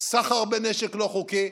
סחר בנשק לא חוקי,